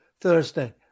thursday